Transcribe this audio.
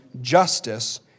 justice